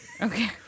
okay